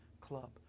Club